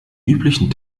üblichen